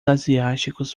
asiáticos